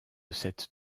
cette